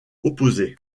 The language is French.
opposés